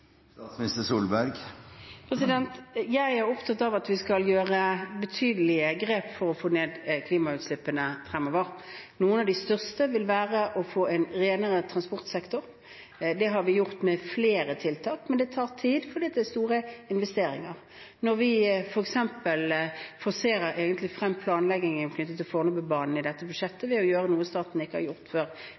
Jeg er opptatt av at vi skal gjøre betydelige grep for å få ned klimagassutslippene fremover. Noen av de største vil være å få en renere transportsektor. Der har vi gjort flere tiltak, men det tar tid fordi det er store investeringer. Når vi f.eks. egentlig forserer planleggingen knyttet til Fornebubanen i dette budsjettet, ved å gjøre noe staten ikke har gjort før,